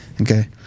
Okay